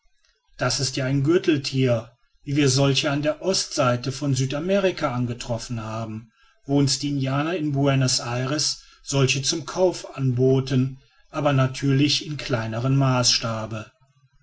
das ist ja ein gürteltier wie wir solche an der ostseite von südamerika angetroffen haben wo uns die indianer in buenos aires solche zum kauf anboten aber natürlich in kleinerem maßstabe